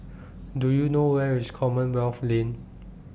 Do YOU know Where IS Commonwealth Lane